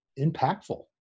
impactful